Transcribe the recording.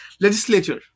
Legislature